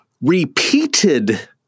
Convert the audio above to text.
repeated